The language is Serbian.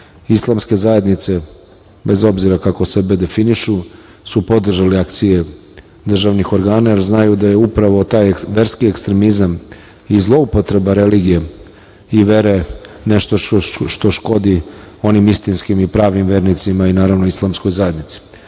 Islamske zajednice, bez obzira kako sebe definišu, su podržali akcije državnih organa, jer znaju da je upravo taj verski ekstremizam i zloupotreba religije i vere nešto što škodi onim istinskim i pravim vernicima i naravno Islamskoj zajednici. Apelujem